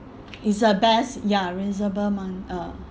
it's the best ya reasonable mon~ uh